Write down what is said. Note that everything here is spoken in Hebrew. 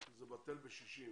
זה בטל בשישים.